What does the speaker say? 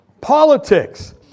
politics